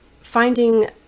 finding